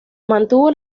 mantuvo